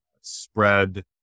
spread